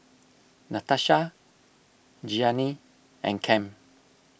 Natasha Gianni and Cam